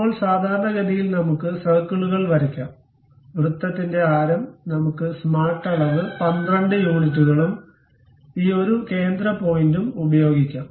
ഇപ്പോൾ സാധാരണഗതിയിൽ നമുക്ക് സർക്കിളുകൾ വരയ്ക്കാം വൃത്തത്തിന്റെ ആരം നമുക്ക് സ്മാർട്ട് അളവ് 12 യൂണിറ്റുകളും ഈ ഒരു കേന്ദ്ര പോയിന്റും ഉപയോഗിക്കാം